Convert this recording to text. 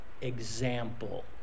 example